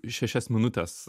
šešias minutes